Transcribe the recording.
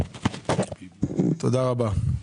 תודה רבה.